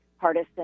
partisan